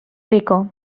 rico